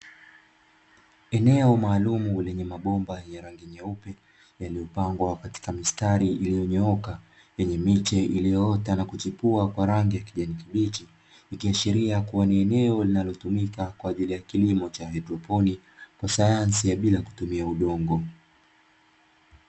Eneo maalumu lenye mabomba ya rangi nyeupe; yaliyopangwa katika mistari iliyonyooka, yenye miche iliyoota na kuchipua kwa rangi ya kijani kibichi, ikiashiria kuwa ni eneo linalotumika kwa ajili ya kilimo cha haidroponi, kwa sayansi ya bila kutumia udongo.